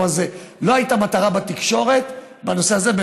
כלומר, לא הייתה מטרה בתקשורת בנושא הזה.